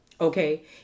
Okay